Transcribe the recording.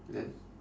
then